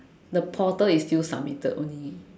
the portal is still submitted only